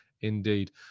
indeed